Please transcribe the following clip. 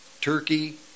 Turkey